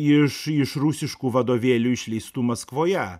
iš iš rusiškų vadovėlių išleistų maskvoje